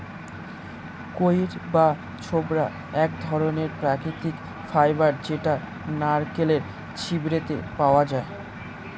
কইর বা ছোবড়া এক ধরণের প্রাকৃতিক ফাইবার যেটা নারকেলের ছিবড়েতে পাওয়া যায়